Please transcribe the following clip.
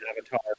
avatar